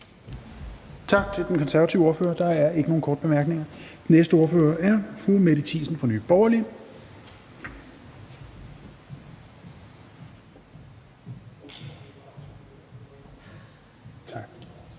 Tak til den konservative ordfører. Der er ikke nogen korte bemærkninger. Den næste ordfører er fru Mette Thiesen fra Nye Borgerlige. Kl.